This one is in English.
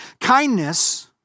Kindness